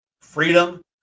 freedom